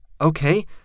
Okay